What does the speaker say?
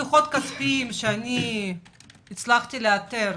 מדוחות כספיים שהצלחתי לאתר,